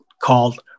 called